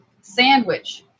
sandwich